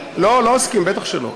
לא, לא אסכים, בטח שלא.